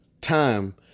time